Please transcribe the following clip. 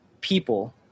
people